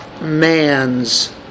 man's